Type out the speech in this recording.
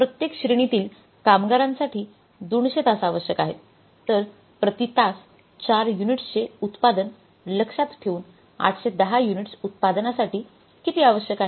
प्रत्येक श्रेणीतील कामगारांसासाठी २०० तास आवश्यक आहेत तर प्रति तास 4 युनिट्सचे उत्पादन लक्षात ठेवून 810 युनिट्स उत्पादनासाठी किती आवश्यक आहे